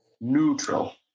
neutral